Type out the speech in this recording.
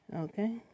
Okay